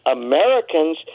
americans